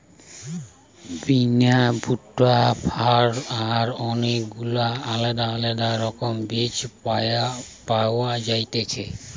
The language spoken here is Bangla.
বিন, ভুট্টা, ফার্ন আর অনেক গুলা আলদা আলদা রকমের বীজ পাওয়া যায়তিছে